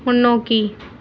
முன்னோக்கி